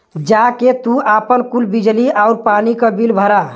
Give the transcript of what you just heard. जा के तू आपन कुल बिजली आउर पानी क बिल भरा